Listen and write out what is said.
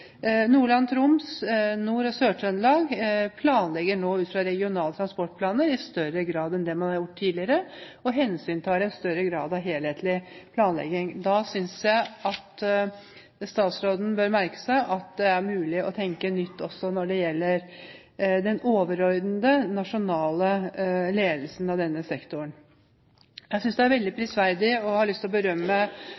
Nordland, Troms, Nord-Trøndelag og Sør-Trøndelag nå planlegger ut fra regionale transportplaner i større grad enn man har gjort tidligere, og hensyntar en større grad av helhetlig planlegging. Da synes jeg statsråden bør merke seg at det er mulig å tenke nytt også når det gjelder den overordnede, nasjonale ledelsen av denne sektoren. Jeg synes det er veldig